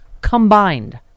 combined